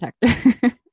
detector